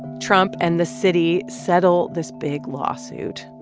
trump and the city settle this big lawsuit.